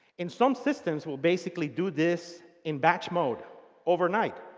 in some systems will basically do this in batch mode overnight.